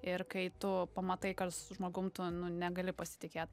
ir kai tu pamatai kad su žmogum tu nu negali pasitikėt